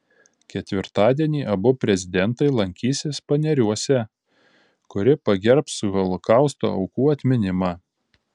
ketvirtadienį abu prezidentai lankysis paneriuose kuri pagerbs holokausto aukų atminimą